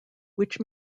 which